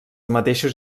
mateixos